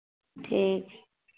ठीक